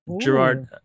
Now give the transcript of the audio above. Gerard